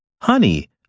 Honey